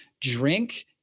drink